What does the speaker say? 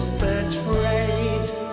betrayed